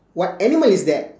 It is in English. what animal is that